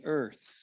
earth